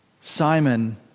Simon